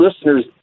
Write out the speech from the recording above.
listeners